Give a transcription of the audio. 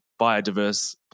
biodiverse